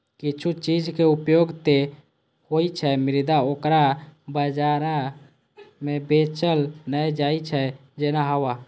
किछु चीजक उपयोग ते होइ छै, मुदा ओकरा बाजार मे बेचल नै जाइ छै, जेना हवा